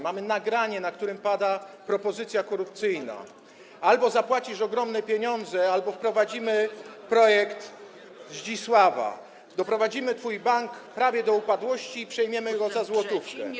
Mamy nagranie, na którym pada propozycja korupcyjna: albo zapłacisz ogromne pieniądze, albo wprowadzimy projekt Zdzisława, doprowadzimy twój bank prawie do upadłości i przejmiemy go za złotówkę.